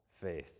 faith